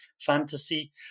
fantasy